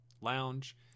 lounge